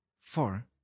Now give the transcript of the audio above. four